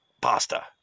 pasta